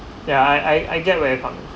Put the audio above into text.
ya I I get away from